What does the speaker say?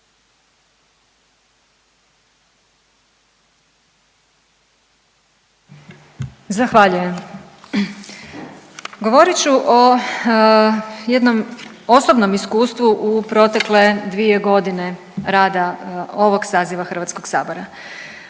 Zahvaljujem. Govorit ću o jednom osobnom iskustvu u protekle dvije godine rada ovog saziva Hrvatskog sabora.